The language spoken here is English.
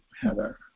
Heather